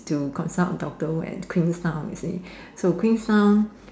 to consult doctor that work at Queenstown you see so Queenstown